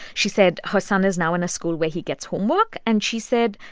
she said her son is now in a school where he gets homework. and she said,